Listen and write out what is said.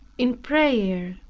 in prayer,